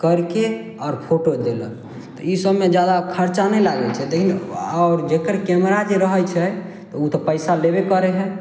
करिके आओर फोटो देलक तऽ ई सबमे जादा खर्चा नहि लागय छै लेकिन आओर जेकर कैमरा जे रहय छै तऽ उ तऽ पैसा लेबे करय हइ